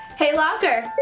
hey locker.